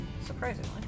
Surprisingly